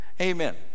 Amen